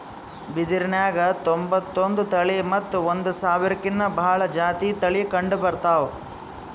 ಬಿದಿರ್ನ್ಯಾಗ್ ತೊಂಬತ್ತೊಂದು ತಳಿ ಮತ್ತ್ ಒಂದ್ ಸಾವಿರ್ಕಿನ್ನಾ ಭಾಳ್ ಜಾತಿ ತಳಿ ಕಂಡಬರ್ತವ್